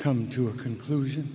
come to a conclusion